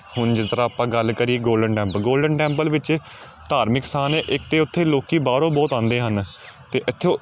ਹੁਣ ਜਿਸ ਤਰ੍ਹਾਂ ਆਪਾਂ ਗੱਲ ਕਰੀਏ ਗੋਲਡਨ ਟੈਂਪਲ ਗੋਲਡਨ ਟੈਂਪਲ ਵਿੱਚ ਧਾਰਮਿਕ ਅਸਥਾਨ ਹੈ ਇੱਕ ਤਾਂ ਉੱਥੇ ਲੋਕੀ ਬਾਹਰੋਂ ਬਹੁਤ ਆਉਂਦੇ ਹਨ ਅਤੇ ਇੱਥੇ ਉਹ